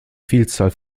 vielzahl